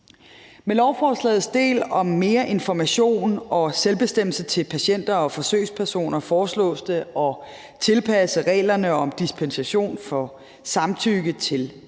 Med lovforslagets del om mere information og selvbestemmelse til patienter og forsøgspersoner foreslås det at tilpasse reglerne om dispensation for samtykke til